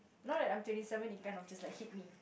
now that I'm twenty seven it kind of just like hit me